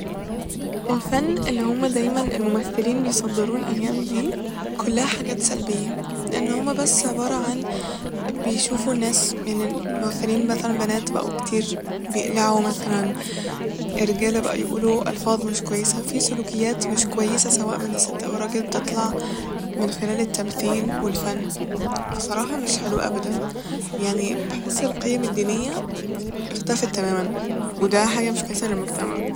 الفن اللي هما دايما الممثلين بيصدروه الأيام دي كلها حاجات سلبية لإن هما بس عبارة عن بيشوفو الناس من الممثلين مثلا بنات بقو كتير بيقلعو مثلا ، الرجالة بقو يقولو ألفاظ مش كويسة ، في سلوكيات مش كويسة من الست أو الراجل تطلع من خلال التمثيل و الفن ، بصراحة مش حلو أبدا يعني بحس القيم الدينية اختفت تماما وده حاجة مش كويسة للمجتمع